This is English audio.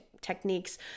techniques